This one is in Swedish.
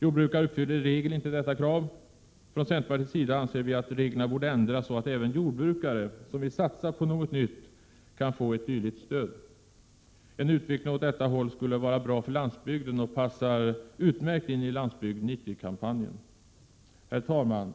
Jordbrukare uppfyller i regel inte detta krav. Från centerpartiets sida anser vi att reglerna borde ändras, så att även jordbrukare som vill satsa på något nytt kan få ett dylikt stöd. En utveckling åt detta håll skulle vara bra för landsbygden och passar utmärkt in i Landsbygd 90-kampanjen. Herr talman!